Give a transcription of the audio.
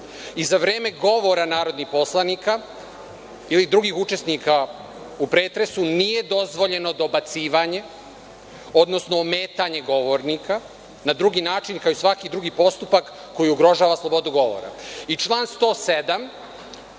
i za vreme govora narodnih poslanika ili drugih učesnika u pretresu, nije dozvoljeno dobacivanje, odnosno ometanje govornika na drugi način, kao i svaki drugi postupak koji ugrožava slobodu govora.I član 107.